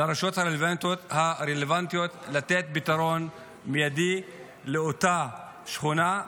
לרשויות הרלוונטיות לתת פתרון מיידי לאותה שכונה.